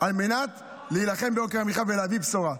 על מנת להילחם ביוקר המחייה ולהביא בשורה.